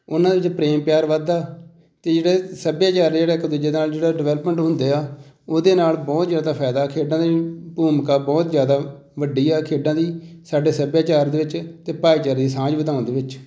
ਉਹਨਾਂ ਦੇ ਵਿੱਚ ਪ੍ਰੇਮ ਪਿਆਰ ਵੱਧਦਾ ਅਤੇ ਜਿਹੜੇ ਸੱਭਿਆਚਾਰ ਜਿਹੜਾ ਇੱਕ ਦੂਜੇ ਨਾਲ ਜਿਹੜਾ ਡਿਵੈਲਪਮੈਂਟ ਹੁੰਦੇ ਆ ਉਹਦੇ ਨਾਲ ਬਹੁਤ ਜ਼ਿਆਦਾ ਫ਼ਾਇਦਾ ਖੇਡਾਂ ਦੀ ਭੂਮਿਕਾ ਬਹੁਤ ਜ਼ਿਆਦਾ ਵੱਡੀ ਆ ਖੇਡਾਂ ਦੀ ਸਾਡੇ ਸੱਭਿਆਚਾਰ ਦੇ ਵਿੱਚ ਅਤੇ ਭਾਈਚਾਰੇ ਦੀ ਸਾਂਝ ਵਧਾਉਣ ਦੇ ਵਿੱਚ